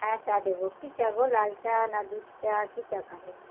হ্যাঁ চা দেবো কী চা গো লাল চা না দুধ চা কী চা খাবেন